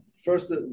First